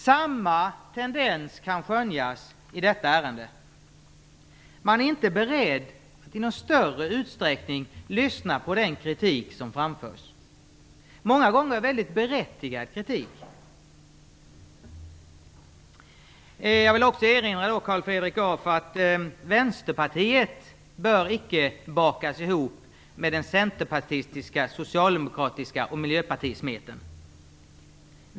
Samma tendens kan skönjas i detta ärende. Man är inte beredd att i någon större utsträckning lyssna på den kritik som framförs, en kritik som många gånger är mycket berättigad. Jag vill också erinra Carl Fredrik Graf om att Vänsterpartiet inte bör bakas ihop med den centerpartistiska, den socialdemokratiska och miljöpartistiska smeten.